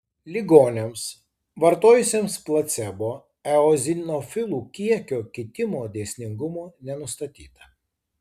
ligoniams vartojusiems placebo eozinofilų kiekio kitimo dėsningumo nenustatyta